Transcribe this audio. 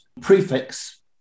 prefix